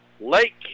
lake